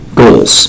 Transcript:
goals